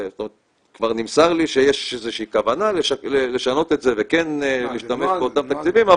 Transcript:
כבר נמסר לי שיש איזה שהיא כוונה לשנות את זה וכן להשתמש באותם תקציבים,